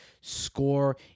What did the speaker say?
score